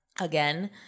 again